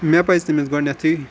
مےٚ پَزِ تٔمِس گۄڈنٮ۪تھٕے